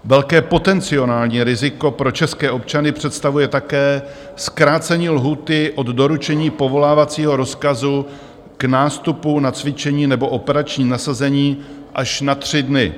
Velké potenciální riziko pro české občany představuje také zkrácení lhůty od doručení povolávacího rozkazu k nástupu na cvičení nebo operační nasazení až na tři dny.